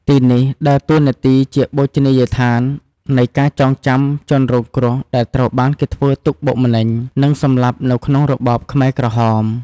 ទីនេះដើរតួនាទីជាបូជនីយដ្ឋាននៃការចងចាំជនរងគ្រោះ ដែលត្រូវបានគេធ្វើទុក្ខបុកម្នេញ និងសម្លាប់នៅក្នុងរបបខ្មែរក្រហម